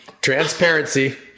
Transparency